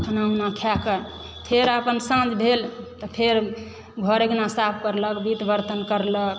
खाना उना खाके फेर अपन साँझ भेल तऽ फेर घर अङ्गना साफ करलक वित्त बर्तन करलक